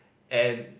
and